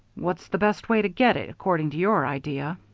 what's the best way to get it, according to your idea?